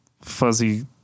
fuzzy